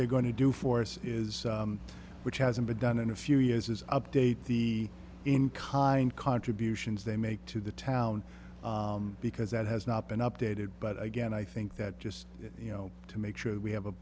they're going to do force is which hasn't been done in a few years is update the in kind contributions they make to the town because that has not been updated but again i think that just you know to make sure we have a